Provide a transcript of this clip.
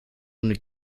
ohne